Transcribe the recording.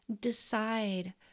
decide